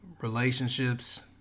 relationships